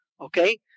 Okay